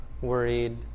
worried